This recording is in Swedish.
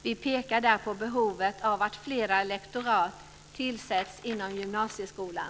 Vi pekar i reservationen på behovet av att flera lektorat tillsätts inom gymnasieskolan.